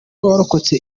warokotse